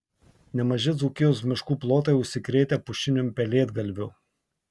nemaži dzūkijos miškų plotai užsikrėtę pušiniu pelėdgalviu